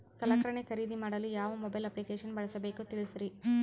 ಸಲಕರಣೆ ಖರದಿದ ಮಾಡಲು ಯಾವ ಮೊಬೈಲ್ ಅಪ್ಲಿಕೇಶನ್ ಬಳಸಬೇಕ ತಿಲ್ಸರಿ?